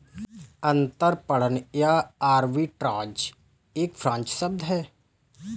अंतरपणन या आर्बिट्राज एक फ्रेंच शब्द है